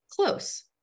close